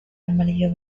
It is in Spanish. amarillo